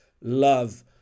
love